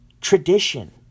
Tradition